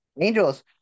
Angels